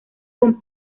con